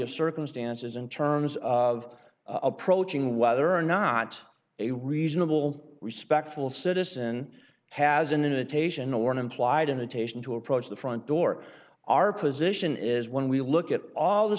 of circumstances in terms of approaching whether or not a reasonable respectful citizen has in a taishan or an implied imitation to approach the front door our position is when we look at all the